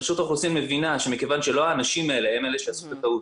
רשות האוכלוסין מבינה שמכיוון שלא האנשים האלה הם אלה שעשו את הטעות,